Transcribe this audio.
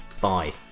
Bye